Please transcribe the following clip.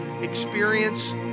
Experience